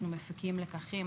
אנחנו מפיקים לקחים.